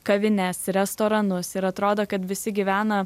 kavines restoranus ir atrodo kad visi gyvena